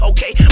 Okay